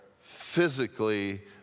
physically